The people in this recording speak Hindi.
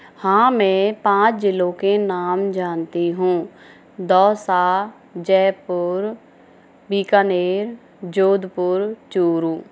हाँ मैं पाँच ज़िलों के नाम जानती हूँ दौसा जयपुर बीकानेर जोधपुर चोरू